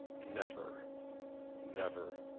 never never!